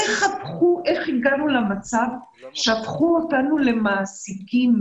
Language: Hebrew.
איך הגענו למצב שהפכו אותנו למעסיקים?